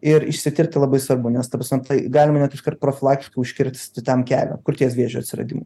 ir išsitirti labai svarbu nes ta prasme tai galima net iškart profilaktiškai užkirsti tam kelią krūties vėžio atsiradimui